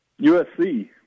USC